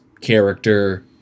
character